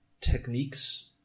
techniques